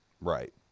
right